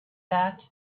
that